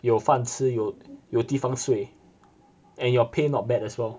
有饭吃有有地方睡 and your pay not bad as well